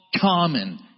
common